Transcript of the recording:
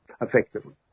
effectively